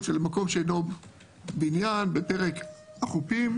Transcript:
של מקום שאינו בניין בפרק החופים,